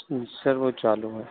sir वो चालू है